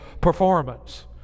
performance